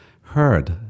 heard